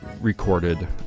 recorded